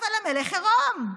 אבל המלך עירום.